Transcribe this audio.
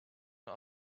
not